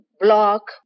block